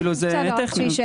כאילו, זה טכני.